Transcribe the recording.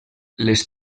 les